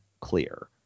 clear